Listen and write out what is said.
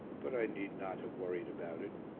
but i need not have worried about it.